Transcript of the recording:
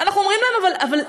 אנחנו אומרים להם: אבל,